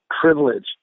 privilege